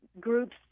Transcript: groups